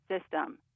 system